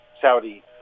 Saudi